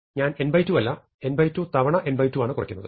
ഞാൻ n2 അല്ല n2 തവണ n2 ആണ് കുറയ്ക്കുന്നത്